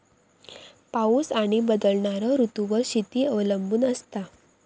पाऊस आणि बदलणारो ऋतूंवर शेती अवलंबून असता